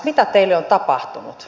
mitä teille on tapahtunut